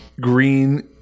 green